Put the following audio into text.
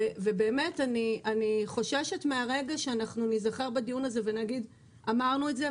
אני חוששת מהרגע שניזכר בדיון הזה ונגיד: אמרנו את זה,